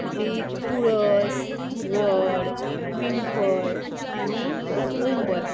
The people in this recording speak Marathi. ती तुळस वड पिंपळ आणि उंबर